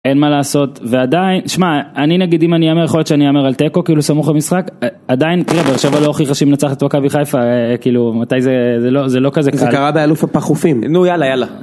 אין מה לעשות ועדיין, שמע אני נגיד אם אני אמר יכול להיות שאני אמר על תיקו כאילו סמוך למשחק עדיין, תראה ברשמה לא הוכיחה שמנצחת את מכבי חיפה כאילו מתי זה לא כזה קל, זה קרה האלוף הפחופים, נו יאללה יאללה.